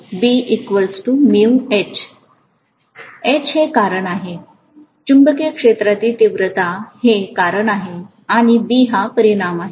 H हे कारण आहे चुंबकीय क्षेत्राची तीव्रता हे कारण आहे आणि B हा परिणाम आहे